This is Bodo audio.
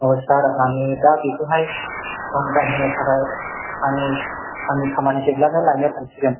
सार आङो दा बेखौहाय फाहामनो थाखाय थाखा आङो आंनि खामानि जोबब्लानो लायनो थांसिगोन